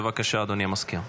בבקשה, אדוני המזכיר.